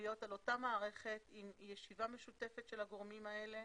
להיות על אותה מערכת עם ישיבה משותפת של הגורמים האלה.